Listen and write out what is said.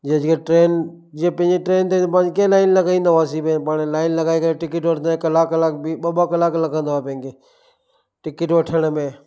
जे अॼुकल्ह ट्रेन जीअं पंहिंजी ट्रेन ते पंहिंजी कीअं लाइन लॻाईंदा हुआसीं भई पाण लाइन लॻाए करे टिकेट वठंदा कलाक कलाक बि ॿ ॿ कलाक लॻंदा हुआ पें खे टिकेट वठण में